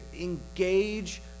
engage